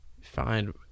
find